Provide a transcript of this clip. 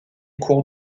cours